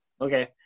okay